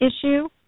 issue